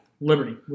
Liberty